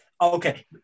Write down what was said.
Okay